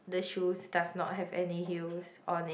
the shoes does not have any heels on it